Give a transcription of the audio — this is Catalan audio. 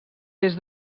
des